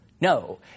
No